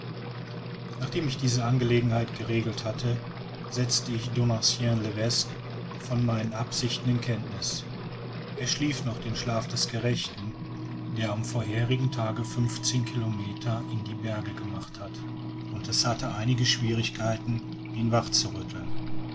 nachdem ich diese angelegenheit geregelt hatte setzte ich donatien levesque von meinen absichten in kenntniß er schlief noch den schlaf des gerechten der am vorhergehenden tage fünfzehn kilometer in die berge gemacht hat und es hatte einige schwierigkeiten ihn